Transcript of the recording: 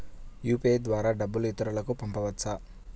UPI ద్వారా డబ్బు ఇతరులకు పంపవచ్చ?